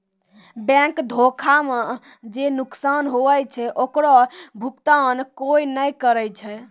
bank धोखा मे जे नुकसान हुवै छै ओकरो भुकतान कोय नै करै छै